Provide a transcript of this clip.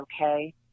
okay